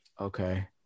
okay